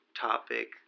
topic